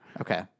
Okay